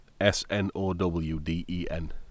S-N-O-W-D-E-N